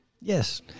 Yes